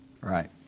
Right